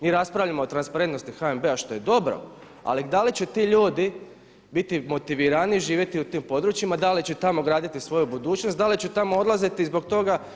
Mi raspravljamo o transparentnosti HNB-a, što je dobro, ali da li će ti ljudi biti motiviraniji živjeti u tim područjima, da li će tamo graditi svoju budućnost, da li će tamo odlaziti zbog toga?